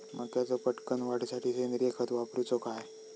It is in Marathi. मक्याचो पटकन वाढीसाठी सेंद्रिय खत वापरूचो काय?